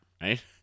right